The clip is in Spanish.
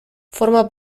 forma